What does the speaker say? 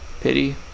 Pity